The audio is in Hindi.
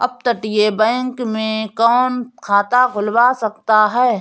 अपतटीय बैंक में कौन खाता खुलवा सकता है?